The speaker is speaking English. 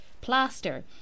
plaster